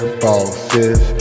bosses